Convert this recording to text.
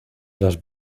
las